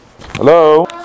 hello